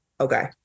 okay